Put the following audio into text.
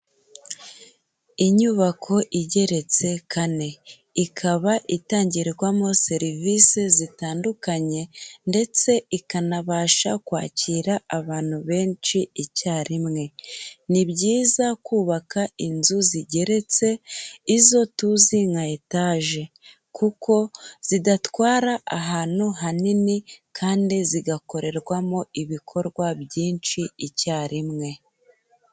Inyubako igeretse kane, ikaba itangirwamo serivise zitandukanye ndetse ikanabasha kwakira abantu benshi icyarimwe, ni byiza kubaka inzu zigeretse izo tuzi nka etaje, kuko zidatwara ahantu hanini kandi zigakorerwamo ibikorwa byinshi icyarimwe.